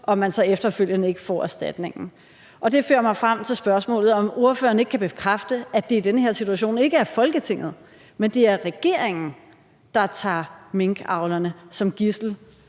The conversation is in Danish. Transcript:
og man så efterfølgende ikke får erstatningen. Det fører mig frem til spørgsmålet, om ordføreren ikke kan bekræfte, at det i den her situation ikke er Folketinget, men regeringen, der tager minkavlerne som gidsel,